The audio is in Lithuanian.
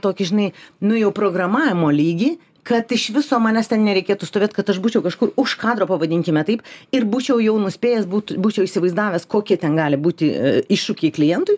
tokį žinai nu jau programavimo lygį kad iš viso manęs ten nereikėtų stovėt kad aš būčiau kažkur už kadro pavadinkime taip ir būčiau jau nuspėjęs būt būčiau įsivaizdavęs kokie ten gali būti iššūkiai klientui